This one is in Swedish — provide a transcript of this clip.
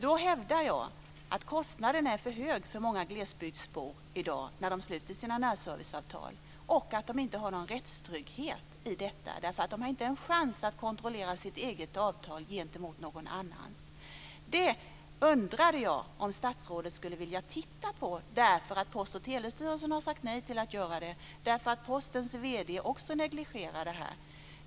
Då hävdar jag att kostnaden är för hög för många glesbygdsbor i dag när de sluter sina närserviceavtal och att de inte har någon rättstrygghet i detta, därför att de har inte en chans att kontrollera sitt eget avtal gentemot någon annans. Detta undrar jag om statsrådet skulle vilja titta på. Post och telestyrelsen har nämligen sagt nej till att göra det, därför att också Postens vd negligerar det här.